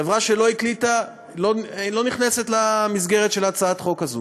חברה שלא הקליטה לא נכנסת למסגרת של הצעת החוק הזאת.